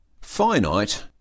finite